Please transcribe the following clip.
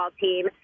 team